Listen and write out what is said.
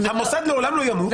המוסד לעולם לא ימות,